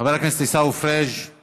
חבר הכנסת עיסאווי פריג';